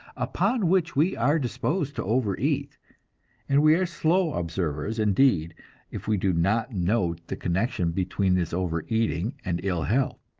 upon which we are disposed to overeat and we are slow observers indeed if we do not note the connection between this overeating and ill health.